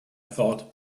thought